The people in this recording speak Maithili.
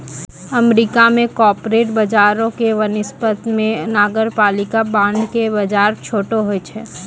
अमेरिका मे कॉर्पोरेट बजारो के वनिस्पत मे नगरपालिका बांड के बजार छोटो होय छै